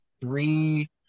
three